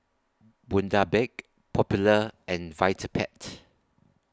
Bundaberg Popular and Vitapet